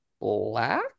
Black